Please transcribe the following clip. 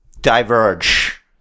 diverge